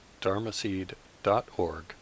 dharmaseed.org